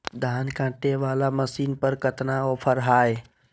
धान कटे बाला मसीन पर कतना ऑफर हाय?